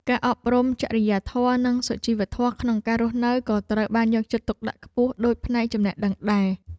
ការអប់រំចរិយាធម៌និងសុជីវធម៌ក្នុងការរស់នៅក៏ត្រូវបានយកចិត្តទុកដាក់ខ្ពស់ដូចផ្នែកចំណេះដឹងដែរ។